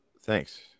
thanks